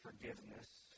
forgiveness